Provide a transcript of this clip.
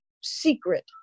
secret